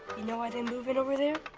know why they move in over there?